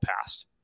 past